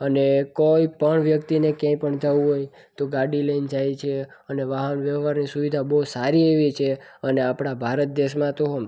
અને કોઈપણ વ્યક્તિને ક્યાંય પણ જવું હોય તો ગાડી લઈને જાય છે અને વાહન વ્યવહારની સુવિધા બહુ સારી એવી છે અને આપણાં ભારત દેશમાં તો